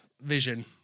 vision